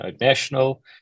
National